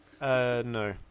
No